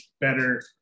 better